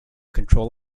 control